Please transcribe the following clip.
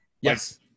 Yes